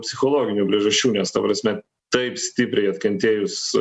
psichologinių priežasčių nes ta prasme taip stipriai atkentėjus